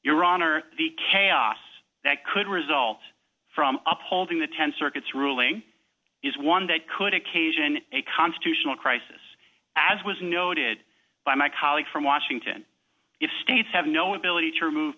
your honor the chaos that could result from upholding the ten circuits ruling is one that could occasion a constitutional crisis as was noted by my colleague from washington if states have no ability to remove